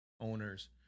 owners